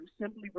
simply